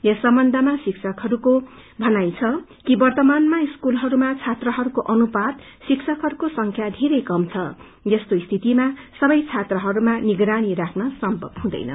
यस सम्बन्धमा शिक्षकहरूको भनाइ छ कि वर्त्तमानमा स्कूलहरूमा छात्राहरूको अनुपात शिक्षकहरूको संख्या धेरै कम छ यस्तो स्थितिमा सबै छात्राहरूमा निगरानी राख्न सम्भव हुँदैन